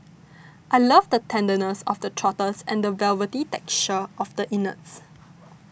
I love the tenderness of the trotters and the velvety texture of the innards